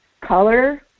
color